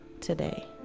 today